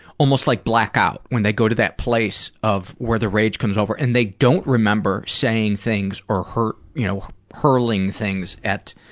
almost like black out. when they go to that place of, where the rage comes over. and they don't remember saying things or hurl or, you know, hurling things at,